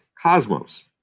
cosmos